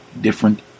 different